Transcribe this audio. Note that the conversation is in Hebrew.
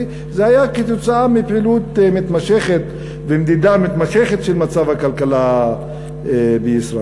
זה היה כתוצאה מפעילות מתמשכת ומדידה מתמשכת של מצב הכלכלה בישראל.